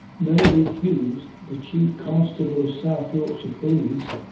meredydd hughes, the chief constable of south yorkshire police,